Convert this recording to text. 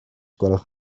gwelwch